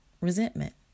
resentment